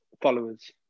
followers